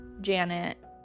Janet